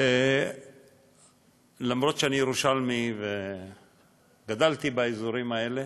אף שאני ירושלמי וגדלתי באזורים האלה,